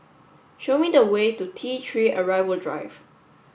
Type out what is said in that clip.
show me the way to T three Arrival Drive